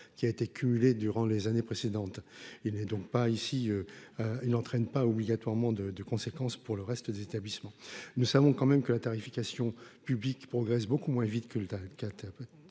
qui a été cumulé durant les années précédentes, il n'est donc pas ici. Il n'entraîne pas obligatoirement de de conséquences pour le reste des établissements nous savons quand même que la tarification publique progressent beaucoup moins vite que l'État